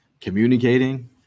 communicating